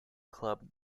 club